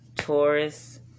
Taurus